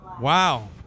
Wow